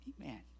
Amen